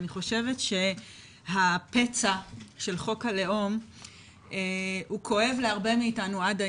אני חושבת שהפצע של חוק הלאום הוא כואב להרבה מאיתנו עד היום.